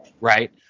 right